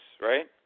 right